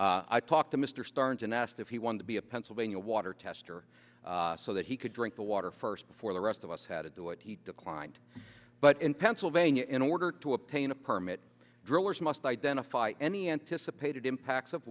water i talked to mr starnes and asked if he wanted to be a pennsylvania water tester so that he could drink the water first before the rest of us had to do it he declined but in pennsylvania in order to obtain a permit drillers must identify any anticipated impacts of